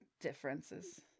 differences